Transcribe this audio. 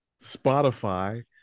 spotify